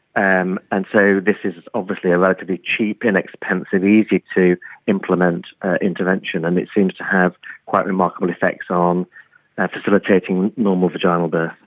um and so this is obviously a relatively cheap, inexpensive, easy to implement intervention, and it seems to have quite remarkable effects um on facilitating normal vaginal birth.